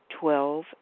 Twelve